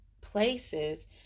places